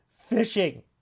fishing